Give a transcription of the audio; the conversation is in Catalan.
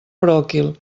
bròquil